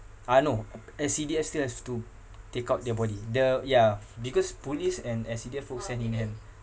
ah no S_C_D_F still have to take out their body the ya because police and S_C_D_F works hand in hand